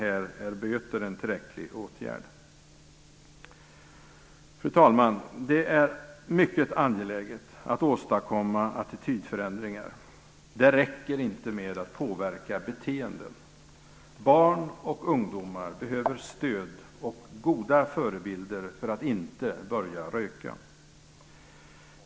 Här är böter en tillräcklig åtgärd. Fru talman! Det är mycket angeläget att åstadkomma attitydförändringar. Det räcker inte med att påverka beteenden. Barn och ungdomar behöver stöd och goda förebilder för att inte börja röka.